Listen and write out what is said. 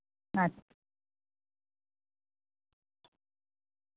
ᱟᱪᱪᱷᱟ